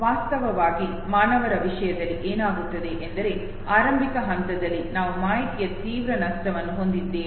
ವಾಸ್ತವವಾಗಿ ಮಾನವರ ವಿಷಯದಲ್ಲಿ ಏನಾಗುತ್ತದೆ ಎಂದರೆ ಆರಂಭಿಕ ಹಂತದಲ್ಲಿ ನಾವು ಮಾಹಿತಿಯ ತೀವ್ರ ನಷ್ಟವನ್ನು ಹೊಂದಿದ್ದೇವೆ